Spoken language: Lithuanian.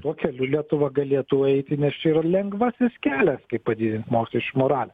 tuo keliu lietuva galėtų eiti nes čia ir lengvasis kelias kaip padidint mokesčių moralę